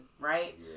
Right